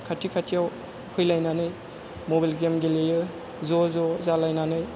खाथि खाथियाव फैलायनानै मबाइल गेम गेलेयो ज' ज' जालायनानै